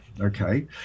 okay